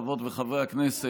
חברות וחברי הכנסת.